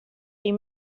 wie